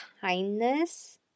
kindness